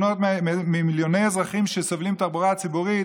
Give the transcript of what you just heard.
ממיליוני אזרחים שסובלים מהתחבורה הציבורית.